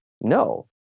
no